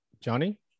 Johnny